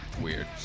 Weird